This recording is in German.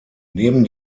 neben